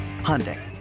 Hyundai